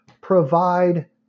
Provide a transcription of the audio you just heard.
provide